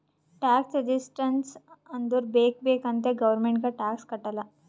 tax resistance ಅಂದುರ್ ಬೇಕ್ ಬೇಕ್ ಅಂತೆ ಗೌರ್ಮೆಂಟ್ಗ್ ಟ್ಯಾಕ್ಸ್ ಕಟ್ಟಲ್ಲ